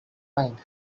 mind